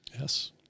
Yes